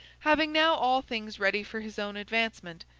having now all things ready for his own advancement,